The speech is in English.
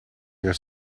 your